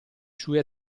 sue